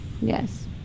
Yes